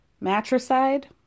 Matricide